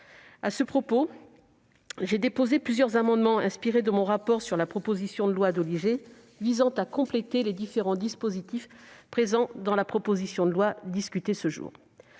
À ce titre, j'ai déposé plusieurs amendements inspirés de mon rapport sur la proposition de loi Doligé, visant à compléter les différents dispositifs présents dans la proposition de loi discutée ce jour.